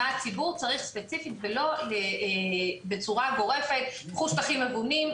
מה הציבור צריך ספציפית ולא בצורה גורפת 'קחו שטחים מבונים',